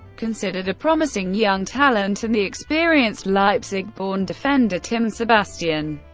considered a promising young talent, and the experienced leipzig born defender tim sebastian,